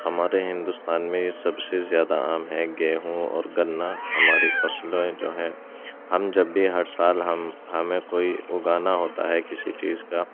ہمارے ہندوستان میں سب سے زیادہ عام ہے گیہوں اور گنّا ہماری فصلیں جو ہیں ہم جب بھی ہر سال ہم ہمیں کوئی اُگانا ہوتا ہے کسی چیز کا